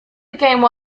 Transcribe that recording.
became